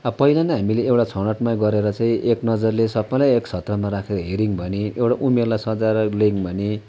अब पहिला नै हामीले एउटा छनौटमा गरेर चाहिँ एक नजरले सबैलाई एकछत्रमा राखेर हेर्यौँ भने एउटा उमेरलाई सजाएर ल्यायौँ भने